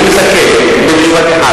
אני מסכם במשפט אחד.